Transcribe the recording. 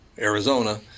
Arizona